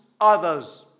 others